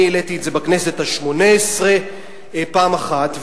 אני העליתי את זה בכנסת השמונה-עשרה פעם אחת,